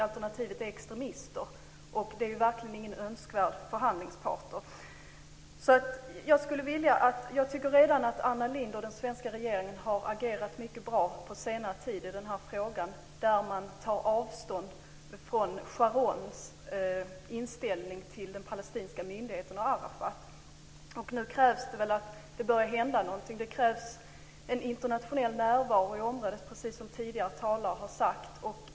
Alternativet är extremister, och det är verkligen ingen önskvärd förhandlingspartner. Jag tycker att Anna Lindh och den svenska regeringen har agerat mycket bra på senare tid i den här frågan när man tagit avstånd från Sharons inställning till den palestinska myndigheten och Arafat. Nu krävs det att det börjar hända någonting. Det krävs en internationell närvaro i området, precis som tidigare talare har sagt.